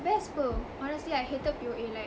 best apa honestly I hated P_O_A like